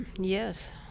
Yes